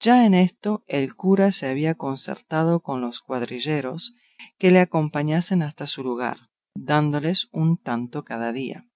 ya en esto el cura se había concertado con los cuadrilleros que le acompañasen hasta su lugar dándoles un tanto cada día